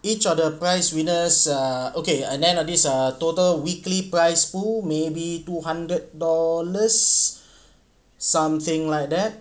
each of the prize winners err okay and then at least err total weekly prize pool maybe two hundred dollars something like that